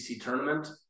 tournament